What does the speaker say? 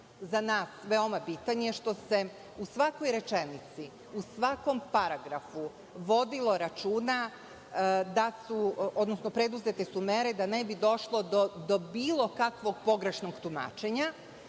za nas veoma bitan je što se u svakoj rečenici, u svakoj rečenici, u svakom paragrafu, vodilo računa, odnosno preduzete su mere da ne bi došlo do bilo kakvog pogrešnog tumačenja.